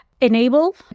enable